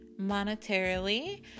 monetarily